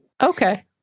Okay